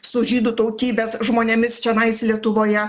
su žydų tautybės žmonėmis čionais lietuvoje